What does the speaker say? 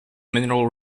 mineral